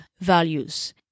values